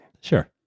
Sure